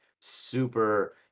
super